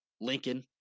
Lincoln